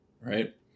Right